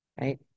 right